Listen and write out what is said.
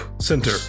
Center